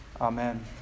Amen